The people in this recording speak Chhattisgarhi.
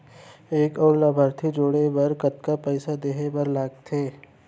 एक अऊ लाभार्थी जोड़े बर कतका पइसा देहे बर लागथे?